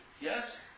Yes